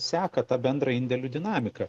seka tą bendrą indėlių dinamiką